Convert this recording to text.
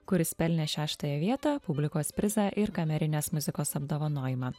kuris pelnė šeštąją vietą publikos prizą ir kamerinės muzikos apdovanojimą